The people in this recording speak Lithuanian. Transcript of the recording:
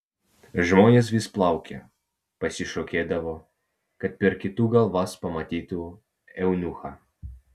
žmonės vis plaukė pasišokėdavo kad per kitų galvas pamatytų eunuchą